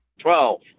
Twelve